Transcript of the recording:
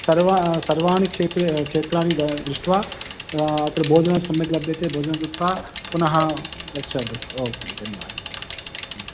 सर्वं सर्वे क्षेत्रे क्षेत्राणि द दृष्ट्वा अत्र भोजनं सम्यक् लभ्यते भोजनं कृत्वा पुनः गच्छतु ओके धन्यवादः